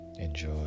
enjoy